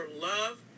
love